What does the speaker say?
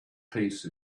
peace